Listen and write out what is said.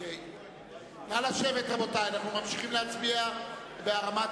אנחנו ממשיכים בהצבעה